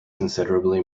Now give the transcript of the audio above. considerably